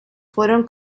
fueron